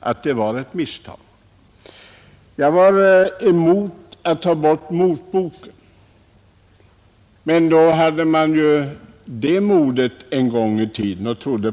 att vi den gången begick ett misstag, som nu måste rättas till. Jag var emot borttagandet av motboken, men den gången trodde man allmänt på en sådan åtgärd.